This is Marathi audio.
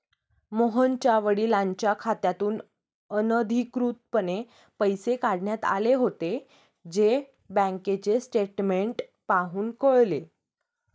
मोहनच्या वडिलांच्या खात्यातून अनधिकृतपणे पैसे काढण्यात आले होते, जे बँकेचे स्टेटमेंट पाहून कळले